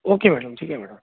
okay madam ठीक आहे madam